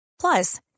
Plus